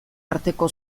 arteko